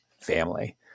family